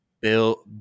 Bill